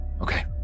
Okay